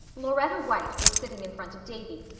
lauretta white was sitting in front of davy,